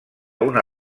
una